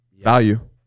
value